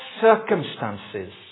circumstances